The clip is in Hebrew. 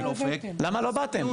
למה לא באתם,